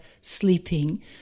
sleeping